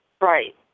right